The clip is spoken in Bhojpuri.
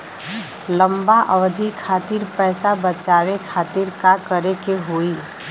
लंबा अवधि खातिर पैसा बचावे खातिर का करे के होयी?